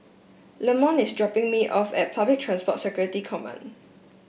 Lamont is dropping me off at Public Transport Security Command